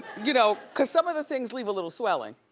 you know cause some of the things leave a little swelling.